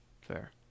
fair